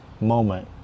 moment